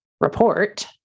report